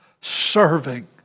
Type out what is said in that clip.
serving